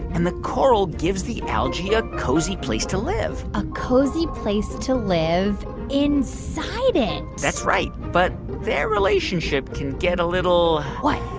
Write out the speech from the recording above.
and the coral gives the algae a cozy place to live a cozy place to live inside it that's right. but their relationship can get a little. what.